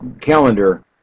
calendar